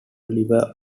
oliver